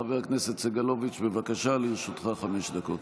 חבר הכנסת סגלוביץ', בבקשה, לרשותך חמש דקות.